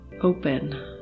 open